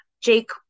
Jake